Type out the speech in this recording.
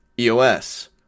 EOS